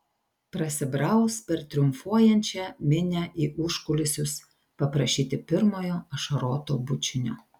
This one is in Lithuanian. prasibraus per triumfuojančią minią į užkulisius paprašyti pirmojo ašaroto bučinio